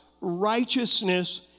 righteousness